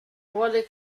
vuole